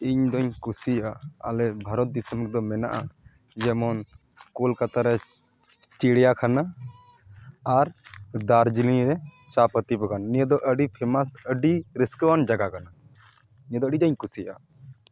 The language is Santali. ᱤᱧ ᱫᱚᱧ ᱠᱩᱥᱤᱭᱟᱜ ᱟᱞᱮ ᱵᱷᱟᱨᱚᱛ ᱫᱤᱥᱚᱢ ᱨᱮᱫᱚ ᱢᱮᱱᱟᱜᱼᱟ ᱡᱮᱢᱚᱱ ᱠᱳᱞᱠᱟᱛᱟ ᱨᱮ ᱪᱤᱲᱭᱟᱠᱷᱟᱱᱟ ᱟᱨ ᱫᱟᱨᱡᱤᱞᱤᱝ ᱨᱮ ᱪᱟ ᱯᱟᱹᱛᱤ ᱵᱟᱜᱟᱱ ᱱᱤᱭᱟᱹ ᱫᱚ ᱟᱹᱰᱤ ᱯᱷᱮᱢᱟᱥ ᱟᱹᱰᱤ ᱨᱟᱹᱥᱠᱟᱹᱣᱟᱱ ᱡᱟᱜᱟ ᱠᱟᱱᱟ ᱱᱤᱭᱟᱹ ᱫᱚ ᱟᱹᱰᱤ ᱡᱟᱧ ᱠᱩᱥᱤᱭᱟᱜᱼᱟ